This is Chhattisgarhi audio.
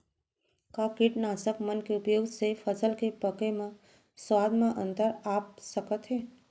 का कीटनाशक मन के उपयोग से फसल के पके म स्वाद म अंतर आप सकत हे?